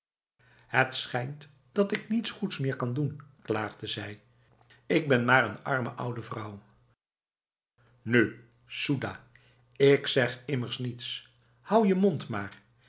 het schijnt dat ik niets goeds meer kan doen klaagde zij ik ben maar een arme oude vrouw nu soedah ik zeg immers niets houd je mond maar